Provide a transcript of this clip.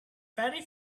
very